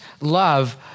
love